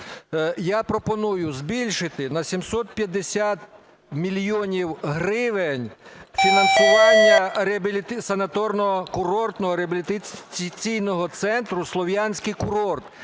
Я пропоную збільшити на 750 мільйонів гривень фінансування санаторно-курортного реабілітаційного центру "Слов'янський курорт",